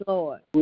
Lord